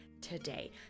today